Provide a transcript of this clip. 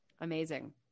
Amazing